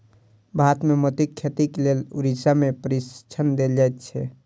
भारत मे मोतीक खेतीक लेल उड़ीसा मे प्रशिक्षण देल जाइत छै